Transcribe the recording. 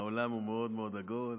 העולם הוא מאוד מאוד עגול.